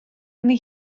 arni